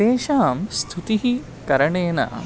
तेषां स्तुतिः करणेन